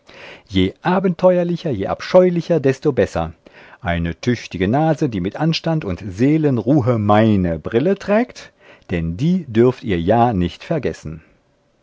je abenteuerlicher je abscheulicher desto besser eine tüchtige nase die mit anstand und seelenruhe meine brille trägt denn die dürft ihr ja nicht vergessen